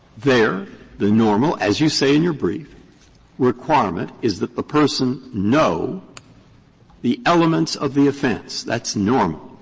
there the normal as you say in your brief requirement is that the person know the elements of the offense. that's normal.